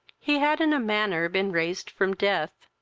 he had in a manner been raised from death,